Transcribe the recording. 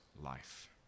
life